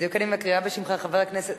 בדיוק אני מקריאה את שמך, חבר הכנסת,